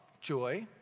joy